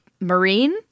marine